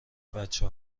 بچه